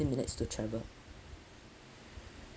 minutes to travel